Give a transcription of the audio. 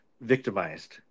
victimized